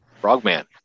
frogman